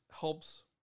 helps